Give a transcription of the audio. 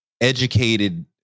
educated